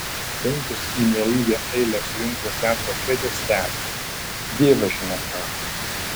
penkios į nelygią eilę sujungtos teatro kėdės stebi dievas žino ką